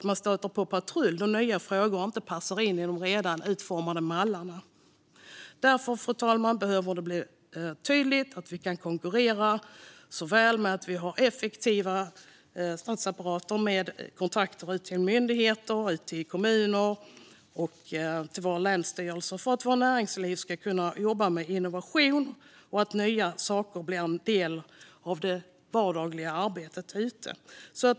Man stöter på patrull då nya frågor inte passar in i de redan utformade mallarna. Därför, fru talman, behöver det bli tydligt att vi kan konkurrera med hjälp av en effektiv statsapparat som har kontakter ut till myndigheter, kommuner och länsstyrelser. Vårt näringsliv ska kunna jobba med innovation. Nya saker ska bli en del av det vardagliga arbetet.